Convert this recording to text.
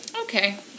okay